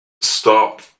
stop